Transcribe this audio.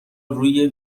روی